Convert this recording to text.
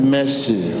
Mercy